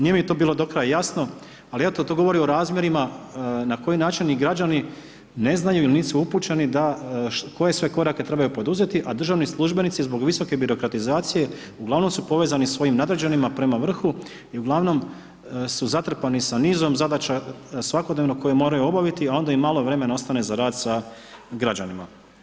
Nije mi to bilo do kraja jasno ali eto to govori o razmjerima na koji način i građani ne znaju ili nisu upućeni koje sve korake trebaju poduzeti a državni službenici zbog visoke birokratizacije uglavnom su povezani sa svojim nadređenima prema vrhu i uglavnom su zatrpani sa nizom zadaća svakodnevno koje moraju obaviti a onda im malo vremena ostane za rad sa građanima.